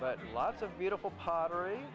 but lots of beautiful pottery